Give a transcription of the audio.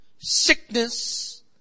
sickness